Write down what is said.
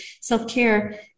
Self-care